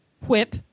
whip